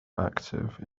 active